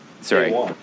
sorry